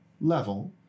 level